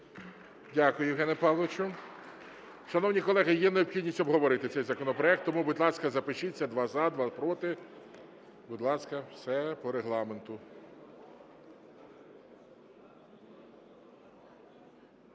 Дякую, Євгене Павловичу. Шановні колеги, є необхідність обговорити цей законопроект, тому, будь ласка, запишіться: два – за, два – проти. Будь ласка, все по Регламенту.